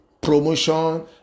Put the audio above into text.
promotion